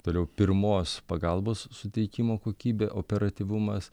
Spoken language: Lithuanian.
toliau pirmos pagalbos suteikimo kokybė operatyvumas